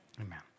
Amen